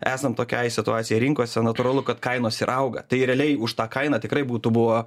esant tokiai situacijai rinkose natūralu kad kainos ir auga tai realiai už tą kainą tikrai būtų buvo